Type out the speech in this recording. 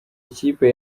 ikipe